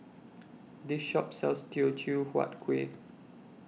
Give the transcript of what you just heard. This Shop sells Teochew Huat Kuih